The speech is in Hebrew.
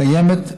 קיימת,